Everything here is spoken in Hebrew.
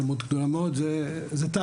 כמות גדולה מאוד זה תהליך.